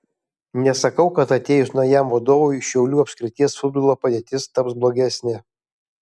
nesakau kad atėjus naujam vadovui šiaulių apskrities futbolo padėtis taps blogesnė